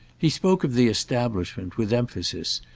he spoke of the establishment, with emphasis,